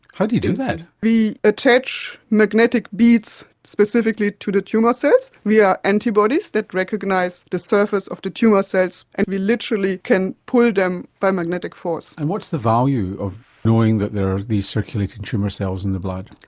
how do you do that? we attach magnetic beads specifically to the tumour cells via antibodies that recognise the surface of the tumour cells, and we literally can pull them by magnetic force. and what's the value of knowing that there are these circulating tumour cells in the blood?